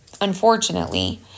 unfortunately